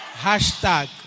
Hashtag